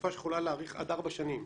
לתקופה שיכולה להאריך עד ארבע שנים.